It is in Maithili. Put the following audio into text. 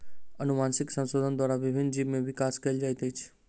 अनुवांशिक संशोधन द्वारा विभिन्न जीव में विकास कयल जाइत अछि